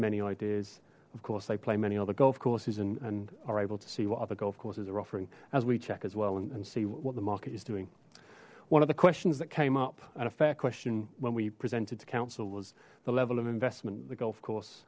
many ideas of course they play many other golf courses and are able to see what other golf courses are offering as we check as well and see what the market is doing one of the questions that came up at a fair question when we presented to council was the level of investment the golf course